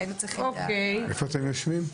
איפה אתם יושבים?